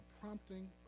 prompting